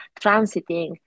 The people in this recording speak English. transiting